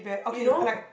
you know